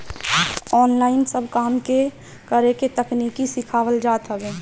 online सब काम के करे के तकनीकी सिखावल जात हवे